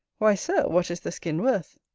why, sir, what is the skin worth?